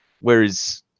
Whereas